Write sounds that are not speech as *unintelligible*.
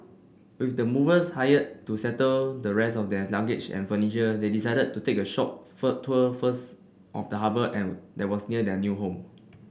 with the movers hired to settle the rest of their luggage and furniture they decided to take short *unintelligible* tour first of the harbour and that was near their new home